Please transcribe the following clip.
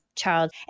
Child